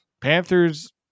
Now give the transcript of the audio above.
Panthers